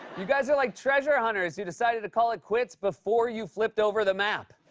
you guys are like treasure hunters who decided to call it quits before you flipped over the map.